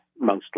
mostly